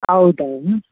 ಹೌದಾ ಮ್ಯಾಮ್